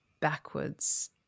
backwards